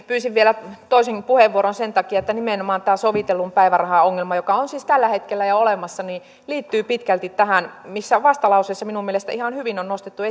pyysin vielä toisenkin puheenvuoron sen takia että nimenomaan tämä sovitellun päivärahan ongelma joka on siis tällä hetkellä jo olemassa liittyy pitkälti tähän mikä vastalauseessa minun mielestäni ihan hyvin on nostettu